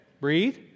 Breathe